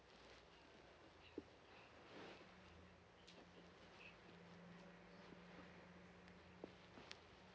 mm